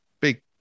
big